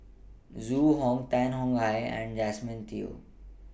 Zhu Hong Tan Tong Hye and Josephine Teo